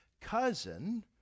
cousin